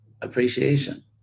appreciation